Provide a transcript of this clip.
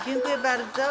Dziękuję bardzo.